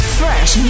fresh